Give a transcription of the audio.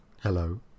Hello